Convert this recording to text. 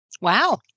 wow